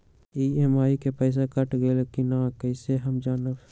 EMI के पईसा कट गेलक कि ना कइसे हम जानब?